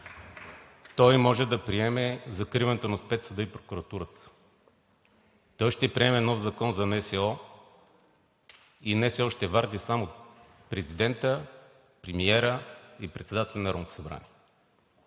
Той може да приеме закриването на Спецсъда и прокуратурата. Той ще приеме нов Закон за НСО и НСО ще варди само президента, премиера и председателя на Народното събрание.